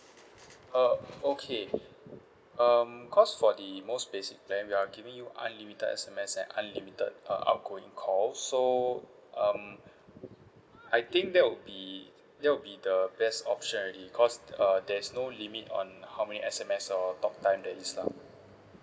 uh okay um cause for the most basic plan we are giving you unlimited S_M_S and unlimited uh outgoing call so um I think that will be that will be the best option already cause uh there's no limit on how many S_M_S or talk time there is lah